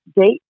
date